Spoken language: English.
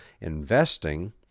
investing